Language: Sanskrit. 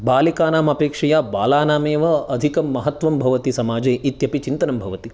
बालिकानामपेक्षया बालानामेव अधिकं महत्वं भवति समाजे इत्यपि चिन्तनं भवति